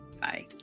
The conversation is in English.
Bye